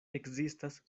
ekzistas